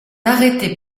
arrêté